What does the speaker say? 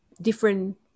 different